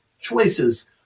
choices